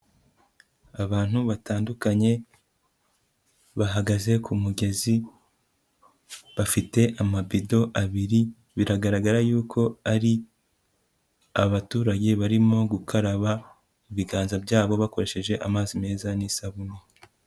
Abantu batandukanye bahagaze ku mugezi, bafite amabido abiri, biragaragara yuko ari abaturage barimo gukaraba ibiganza byabo, bakoresheje amazi meza n'isabune.